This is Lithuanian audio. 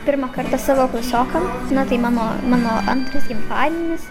pirmą kartą savo klasiokam na tai mano mano antras gimtadienis